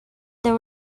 there